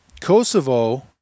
Kosovo